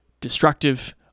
destructive